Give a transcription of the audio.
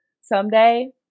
Someday